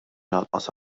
lanqas